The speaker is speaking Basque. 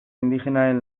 indigenaren